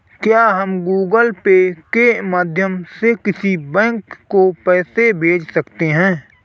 क्या हम Google pay के माध्यम से किसी बैंक को पैसे भेज सकते हैं?